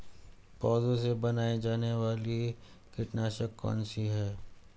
पौधों से बनाई जाने वाली कीटनाशक कौन सी है?